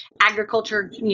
agriculture